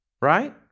right